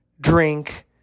drink